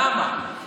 למה?